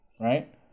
right